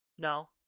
no